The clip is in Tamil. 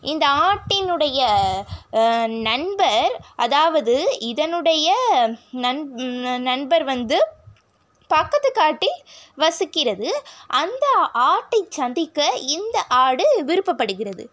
இந்த ஆட்டினுடைய நண்பர் அதாவது இதனுடைய நண் நண்பர் வந்து பக்கத்து காட்டில் வசிக்கிறது அந்த ஆட்டைச் சந்திக்க இந்த ஆடு விருப்பப்படுகிறது